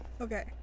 Okay